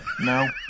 No